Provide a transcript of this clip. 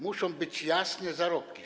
Muszą być jasne zarobki.